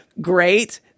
great